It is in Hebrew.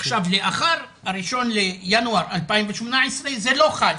לאחר ה-1 לינואר 2018 זה לא חל.